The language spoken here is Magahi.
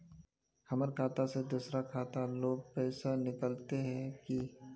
हमर खाता से दूसरा लोग पैसा निकलते है की?